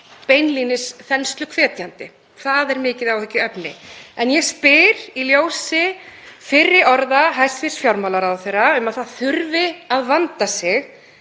beinlínis þensluhvetjandi. Það er mikið áhyggjuefni. Ég spyr, í ljósi fyrri orða hæstv. fjármálaráðherra um að það þurfi að vanda sig,